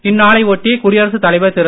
இந்நாளை ஒட்டி குடியரசுத் தலைவர் திரு